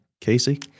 Casey